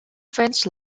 vince